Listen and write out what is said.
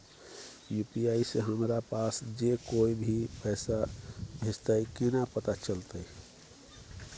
UPI से हमरा पास जे कोय भी पैसा भेजतय केना पता चलते?